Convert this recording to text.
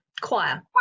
choir